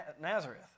Nazareth